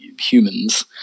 humans